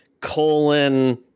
colon